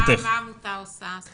מה העמותה עושה?